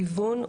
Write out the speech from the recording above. גיוון,